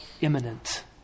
imminent